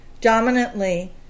Dominantly